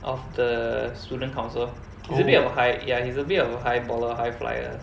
of the student council he's a bit of a high ya he's a bit of a high baller lah high flier